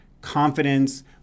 confidence